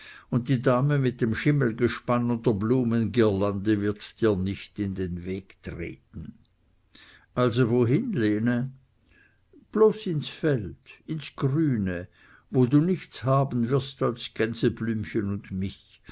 und die dame mit dem schimmelgespann und der blumengirlande wird dir nicht in den weg treten also wohin lene bloß ins feld ins grüne wo du nichts haben wirst als gänseblümchen und mich